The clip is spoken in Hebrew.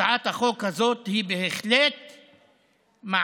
הצעת החוק הזאת היא בהחלט מענה,